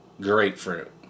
grapefruit